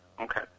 Okay